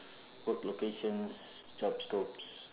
work locations job scopes